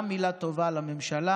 גם מילה טובה לממשלה,